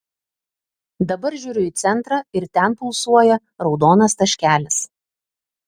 dabar žiūriu į centrą ir ten pulsuoja raudonas taškelis